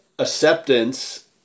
Acceptance